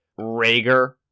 Rager